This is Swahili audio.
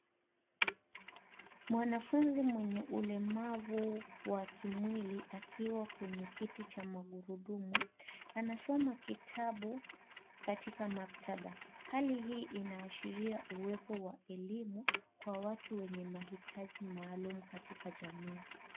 Mwanafunzi mwenye ulemavu wa kimwili akiwa kwenye kiti cha magurudumu. Anasoma kitabu katika maktaba. Hali hii inaashiria uwepo wa elimu kwa watu wenye mahitaji maalum katika jamii.